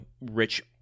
rich